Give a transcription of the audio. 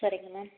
சரிங்க மேம்